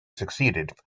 succeeded